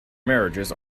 marriages